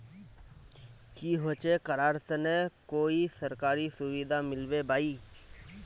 की होचे करार तने कोई सरकारी सुविधा मिलबे बाई?